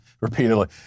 repeatedly